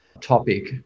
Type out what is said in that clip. topic